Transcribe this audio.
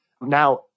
Now